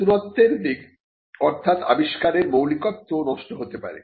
নতুনত্বের দিক অর্থাৎ আবিষ্কারের মৌলিকত্ব নষ্ট হতে পারে